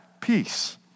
peace